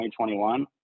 2021